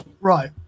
Right